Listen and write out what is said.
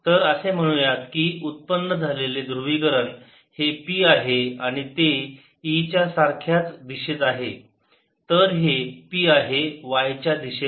तर असे म्हणू या की उत्पन्न झालेले ध्रुवीकरण हे p आहे आणि ते E च्या सारख्याच दिशेत आहे तर हे p आहे y च्या दिशेमध्ये